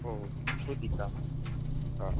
ओ Shrutika